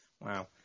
Wow